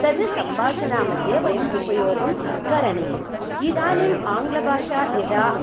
तद्सम्भाषणमध्ये वयम् उपयोगं करणीयम् इदानीम् आङ्ग्लभाषा यदा